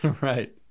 right